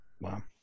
Wow